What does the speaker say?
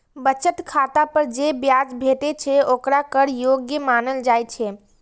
बचत खाता पर जे ब्याज भेटै छै, ओकरा कर योग्य मानल जाइ छै